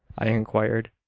i inquired,